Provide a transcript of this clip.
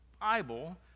Bible